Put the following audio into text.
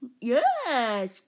Yes